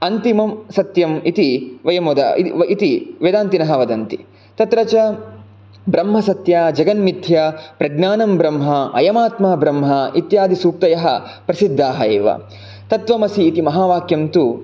अन्तिमं सत्यम् इति वयम् इति वेदान्तिनः वदन्ति तत्र च ब्रह्मसत्यम् जगन्मिथ्या प्रज्ञानं ब्रह्म अयमात्मा ब्रह्म इत्यादि सूक्तयः प्रसिद्धाः एव तत्त्वमसि इति महावाक्यं तु